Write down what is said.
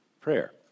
prayer